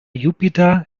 jupiter